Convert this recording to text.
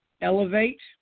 Elevate